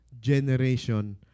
generation